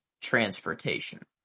transportation